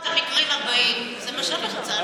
אני רוצה למנוע את המקרים הבאים, זה מה שאני רוצה.